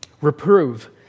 Reprove